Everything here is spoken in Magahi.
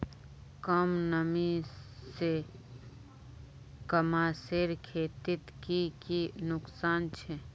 कम नमी से कपासेर खेतीत की की नुकसान छे?